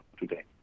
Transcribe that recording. today